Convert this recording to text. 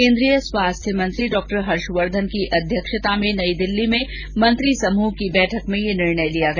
केन्द्रीय स्वास्थ्य मंत्री डॉ हर्षवर्धन की अध्यक्षता में नई दिल्ली में मंत्रिसमूह की बैठक में यह निर्णय लिया गया